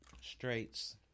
Straits